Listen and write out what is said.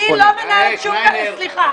אני לא מנהלת סליחה.